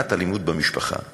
למניעת אלימות במשפחה,